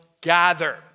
gather